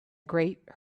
great